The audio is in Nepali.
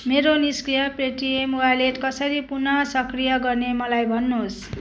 मेरो निष्क्रिय पेटिएम वालेट कसरी पुन सक्रिय गर्ने मलाई भन्नुहोस्